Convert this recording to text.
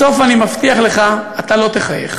בסוף, אני מבטיח לך, אתה לא תחייך.